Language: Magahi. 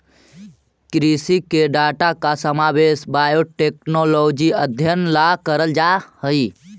कृषि के डाटा का समावेश बायोटेक्नोलॉजिकल अध्ययन ला करल जा हई